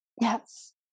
Yes